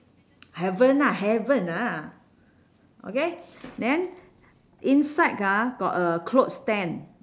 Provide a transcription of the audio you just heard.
haven't ah haven't ah okay then inside ah got a clothes stand